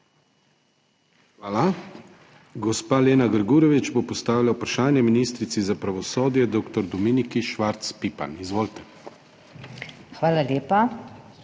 Hvala. Gospa Lena Grgurevič bo postavila vprašanje ministrici za pravosodje dr. Dominiki Švarc Pipan. Izvolite. **LENA